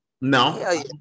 No